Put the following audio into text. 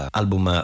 album